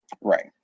Right